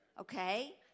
Okay